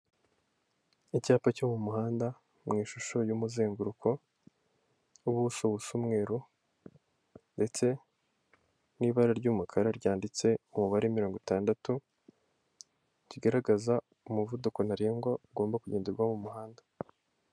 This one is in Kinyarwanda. Icyapa cyo mu muhanda, mu ishusho y'umuzenguruko, ubuso busa umweru ndetse n'ibara ry'umukara ryanditse umubare mirongo itandatu, rigaragaza umuvuduko ntarengwa ugomba kugenderwaho mu muhanda.